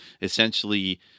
essentially